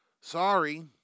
Sorry